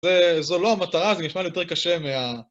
זה... זו לא המטרה, זה נשמע יותר קשה מה...